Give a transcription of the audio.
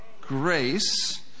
grace